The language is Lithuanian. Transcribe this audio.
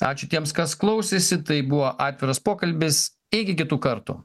ačiū tiems kas klausėsi tai buvo atviras pokalbis iki kitų kartų